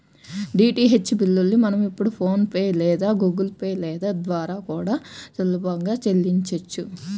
DTH బిల్లుల్ని మనం ఇప్పుడు ఫోన్ పే లేదా గుగుల్ పే ల ద్వారా కూడా సులభంగా చెల్లించొచ్చు